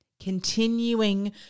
continuing